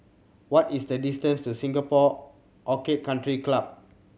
what is the distance to Singapore Orchid Country Club